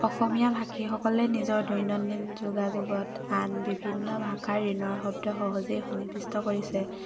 অসমীয়া ভাষীসকলে নিজৰ দৈনন্দিন যোগাযোগত আন বিভিন্ন ভাষাৰ ঋণৰ শব্দ সহজেই সন্নিবিষ্ট কৰিছে